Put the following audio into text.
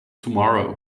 tomorrow